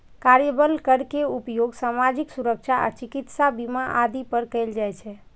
कार्यबल कर के उपयोग सामाजिक सुरक्षा आ चिकित्सा बीमा आदि पर कैल जाइ छै